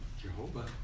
Jehovah